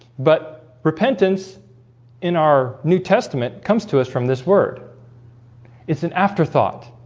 but repentance in our new testament comes to us from this word it's an afterthought